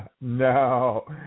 no